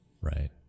Right